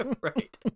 right